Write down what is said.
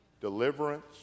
deliverance